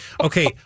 Okay